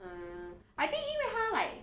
uh I think 因为他 like